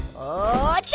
oh,